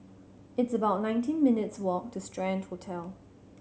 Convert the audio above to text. it's about nineteen minutes' walk to Strand Hotel